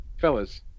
fellas